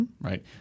Right